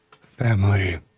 family